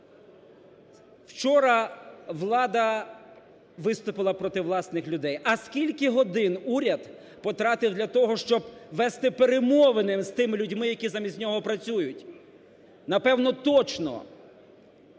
Вчора влада виступила проти власних людей. А скільки годин уряд потратив для того, щоб вести перемовини з тими людьми, які замість нього працюють? Напевно, точно